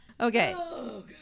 Okay